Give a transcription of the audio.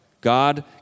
God